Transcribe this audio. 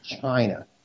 China